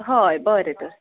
हय बरें तर